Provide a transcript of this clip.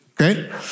Okay